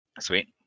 Sweet